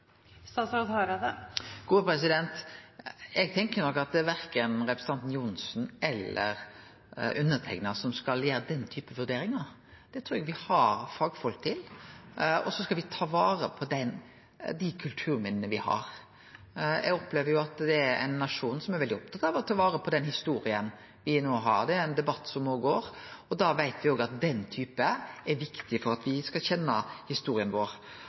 Eg tenkjer nok at det verken er representanten Johnsen eller eg som skal gjere den typen vurderingar. Det trur eg me har fagfolk til. Me skal ta vare på dei kulturminna me har. Eg opplever at me er ein nasjon som er veldig opptatt av å ta vare på den historia me har. Det er ein debatt som går, og da veit me òg at dette er viktig for at me skal kjenne historia vår.